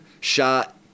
shot